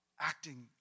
acting